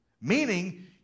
Meaning